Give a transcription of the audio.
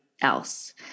else